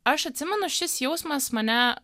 aš atsimenu šis jausmas mane